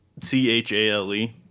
C-H-A-L-E